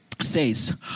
says